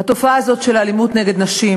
שהתופעה הזאת של אלימות נגד נשים